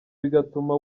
bigatuma